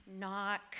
knock